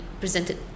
presented